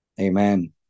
Amen